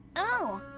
oh,